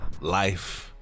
life